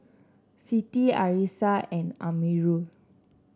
Siti Arissa and Amirul